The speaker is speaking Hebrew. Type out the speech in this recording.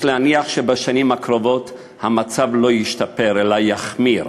יש להניח שבשנים הקרובות המצב לא ישתפר אלא יחמיר.